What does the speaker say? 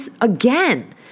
Again